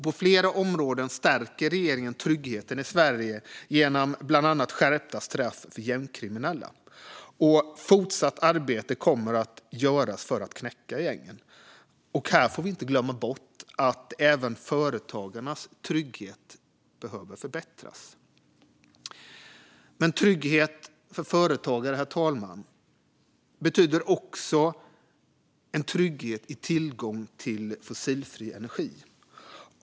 På flera områden stärker regeringen tryggheten i Sverige genom bland annat skärpta straff för gängkriminella. Fortsatt arbete kommer att göras för att knäcka gängen. Här får vi inte glömma bort att även företagarnas trygghet behöver förbättras. Trygghet för företagare, herr talman, betyder också trygghet när det gäller tillgång till fossilfri energi.